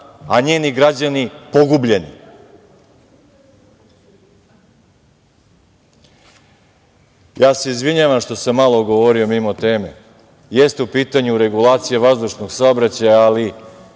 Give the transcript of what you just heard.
a njeni građani pogubljeni. Ja se izvinjavam što sam malo govorio mimo teme, jeste u pitanju regulacija vazdušnog saobraćaja, ali